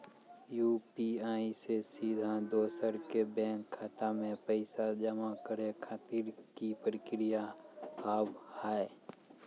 UPI से सीधा दोसर के बैंक खाता मे पैसा जमा करे खातिर की प्रक्रिया हाव हाय?